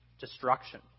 destruction